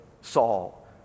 Saul